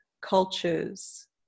cultures